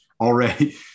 already